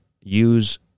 use